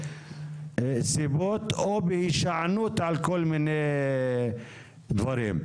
סיבות או בהישענות על כל מיני דברים.